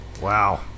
Wow